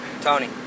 Tony